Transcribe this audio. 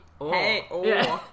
Hey